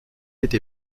été